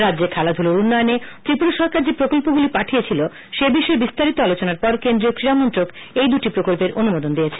রাজ্যে খেলাধূলার উন্নয়নে ত্রিপুরা সরকার যে প্রকল্পগুলি পাঠিয়েছিল সে বিষয়ে বিস্তারিত আলোচনার পর কেন্দ্রীয় ক্রীড়া মন্ত্রক এই দুটি প্রকল্পের অনুমোদন দিয়েছে